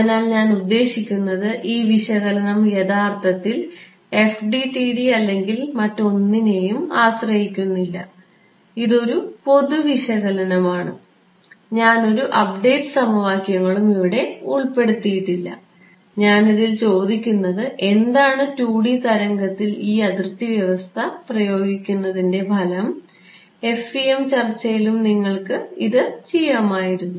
അതിനാൽ ഞാൻ ഉദ്ദേശിക്കുന്നത് ഈ വിശകലനം യഥാർത്ഥത്തിൽ FDTD അല്ലെങ്കിൽ മറ്റൊന്നിനെയും ആശ്രയിക്കുന്നില്ല ഇത് ഒരു പൊതു വിശകലനമാണ് ഞാൻ ഒരു അപ്ഡേറ്റ് സമവാക്യങ്ങളും ഇവിടെ ഉൾപ്പെടുത്തിയിട്ടില്ല ഞാൻ ഇതിൽ ചോദിക്കുന്നത് എന്താണ് 2D തരംഗത്തിൽ ഈ അതിർത്തി വ്യവസ്ഥ പ്രയോഗിക്കുന്നതിൻറെ ഫലം FEM ചർച്ചയിലും നിങ്ങൾക്ക് ഇത് ചെയ്യാമായിരുന്നു